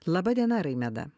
laba diena raimeda